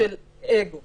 של אגו